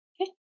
Okay